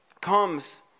comes